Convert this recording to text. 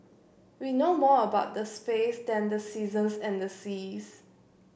we know more about the space than the seasons and the seas